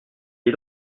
les